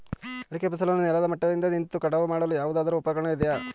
ಅಡಿಕೆ ಫಸಲನ್ನು ನೆಲದ ಮಟ್ಟದಿಂದ ನಿಂತು ಕಟಾವು ಮಾಡಲು ಯಾವುದಾದರು ಉಪಕರಣ ಇದೆಯಾ?